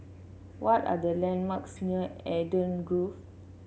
what are the landmarks near Eden Grove